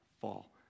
fall